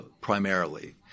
primarily